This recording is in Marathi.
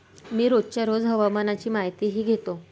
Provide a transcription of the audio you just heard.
मी रोजच्या रोज हवामानाची माहितीही घेतो